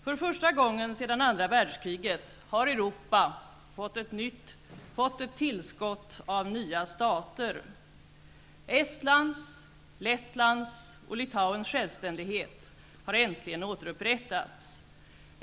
För första gången sedan andra världskriget har Europa fått ett tillskott av nya stater. Estlands, Lettlands och Litauens självständighet har äntligen återupprättats.